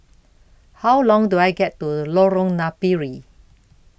How Long Do I get to Lorong Napiri